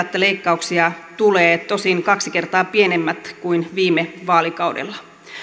että leikkauksia tulee tosin kaksi kertaa pienemmät kuin viime vaalikaudella